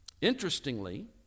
Interestingly